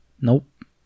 Nope